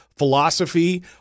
philosophy